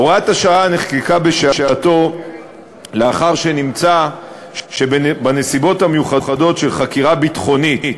הוראת השעה נחקקה בשעתה לאחר שנמצא שבנסיבות המיוחדות של חקירה ביטחונית